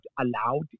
allowed